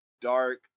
dark